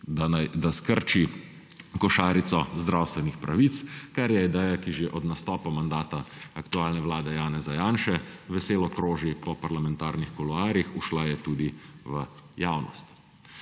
da skrči košarico zdravstvenih pravic, kar je ideja, ki že od nastopa mandata aktualne vlade Janeza Janše veselo kroži po parlamentarnih kuloarjih, ušla je tudi v javnost.